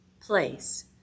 place